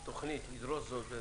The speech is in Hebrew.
לראות תוכנית מסודרת.